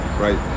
right